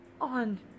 on